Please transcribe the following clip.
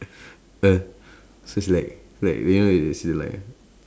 uh so it's like real as in like